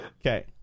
Okay